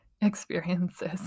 experiences